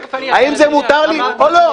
האם זה מותר לי או לא?